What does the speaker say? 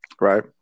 Right